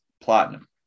Platinum